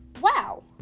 wow